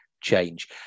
change